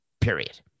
period